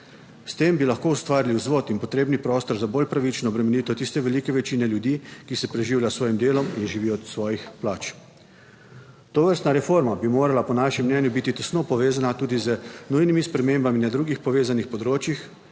S tem bi lahko ustvarili vzvod in potrebni prostor za bolj pravično obremenitev tiste velike večine ljudi, ki se preživlja s svojim delom in živijo od svojih plač. Tovrstna reforma bi morala po našem mnenju biti tesno povezana tudi z nujnimi spremembami na drugih povezanih področjih,